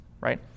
right